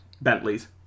Bentleys